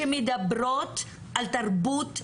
שמדברות על תרבות ארגונית,